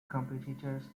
competitors